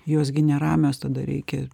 jos gi neramios tada reikia